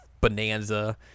bonanza